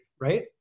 right